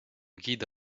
guide